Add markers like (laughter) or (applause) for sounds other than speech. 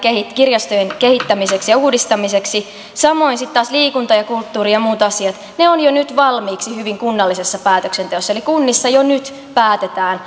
kirjastojen kehittämiseksi ja uudistamiseksi samoin sitten taas liikunta kulttuuri ja muut asiat ne ovat jo nyt valmiiksi hyvin kunnallisessa päätöksenteossa eli kunnissa jo nyt päätetään (unintelligible)